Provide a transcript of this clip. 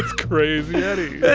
crazy eddie